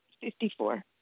Fifty-four